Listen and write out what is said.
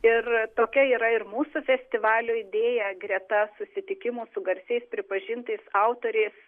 ir tokia yra ir mūsų festivalio idėja greta susitikimų su garsiais pripažintais autoriais